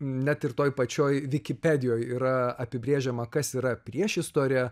net ir toj pačioj vikipedijoj yra apibrėžiama kas yra priešistorė